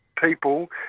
people